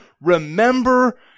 remember